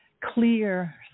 clear